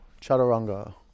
chaturanga